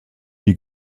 die